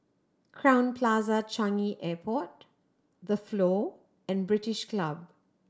Crowne Plaza Changi Airport The Flow and British Club